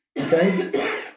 Okay